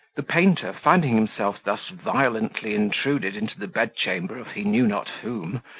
the painter, finding himself thus violently intruded into the bed-chamber of he knew not whom,